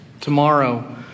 tomorrow